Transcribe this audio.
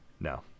no